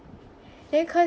then cause